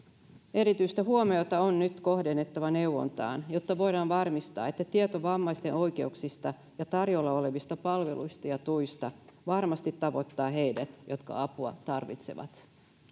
erityistä huomiota on nyt kohdennettava neuvontaan jotta voidaan varmistaa että tieto vammaisten oikeuksista ja tarjolla olevista palveluista ja tuista varmasti tavoittaa heidät jotka apua tarvitsevat